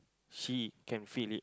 he can feel it